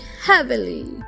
heavily